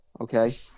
okay